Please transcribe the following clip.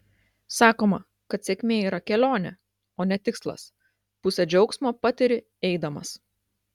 sakoma kad sėkmė yra kelionė o ne tikslas pusę džiaugsmo patiri eidamas